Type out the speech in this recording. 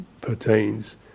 pertains